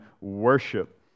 worship